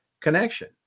connection